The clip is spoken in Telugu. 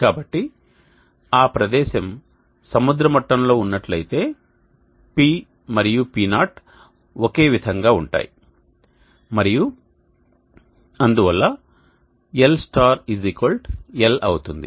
కాబట్టి ఆ ప్రదేశం సముద్ర మట్టంలో ఉన్నట్లయితే P మరియు P0 ఒకే విధంగా ఉంటాయి మరియు అందువల్ల l l అవుతుంది